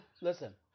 Listen